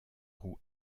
roue